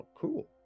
cool